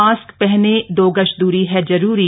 mask पहनें दो गज दूरी है जरूरी